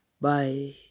Bye